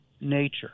nature